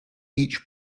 each